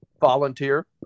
Volunteer